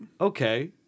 Okay